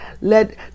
Let